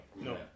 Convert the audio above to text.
No